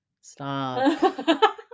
stop